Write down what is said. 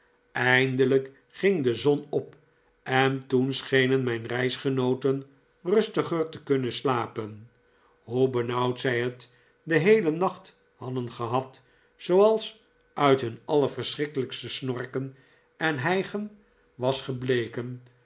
eindelijk ging de zon op en toen schenen mijn reisgenooten rustiger te kunnen slapen hoe benauwd zij het den heelen nacht hadden gehad zooals uit hun allerverschrikkelijkste snorken en hij gen was gebleken